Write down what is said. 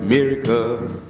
Miracles